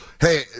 hey